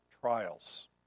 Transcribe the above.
Trials